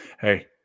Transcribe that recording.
Hey